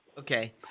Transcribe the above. Okay